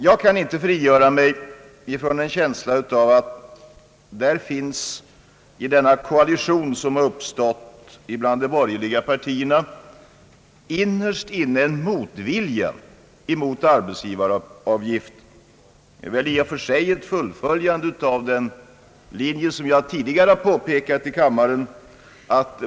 Jag kan inte frigöra mig från känslan att det i den koalition, som uppstått mellan de borgerliga partierna, innerst inne finns en motvilja mot arbetsgivaravgiften. Detta är väl i och för sig ett fullföljande av den linje som jag tidigare framhållit i kammaren.